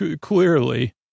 clearly